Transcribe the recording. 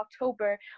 October